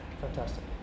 fantastic